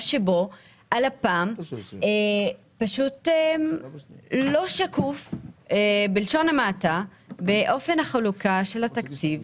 שבו לפ"מ לא שקוף בלשון המעטה באופן החלוקה של התקציב